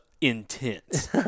Intense